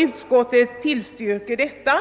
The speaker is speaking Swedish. Utskottet tillstyrker detta